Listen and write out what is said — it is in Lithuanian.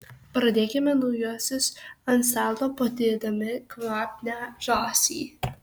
pradėkime naujuosius ant stalo padėdami kvapnią žąsį